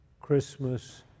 Christmas